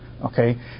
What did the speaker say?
Okay